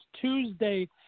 Tuesday